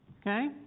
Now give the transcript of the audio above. Okay